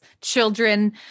children